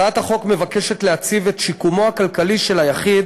הצעת החוק מבקשת להציב את שיקומו הכלכלי של היחיד